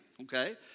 okay